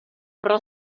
pro